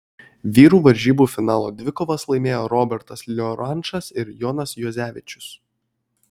vyrų varžybų finalo dvikovas laimėjo robertas liorančas ir jonas juozevičius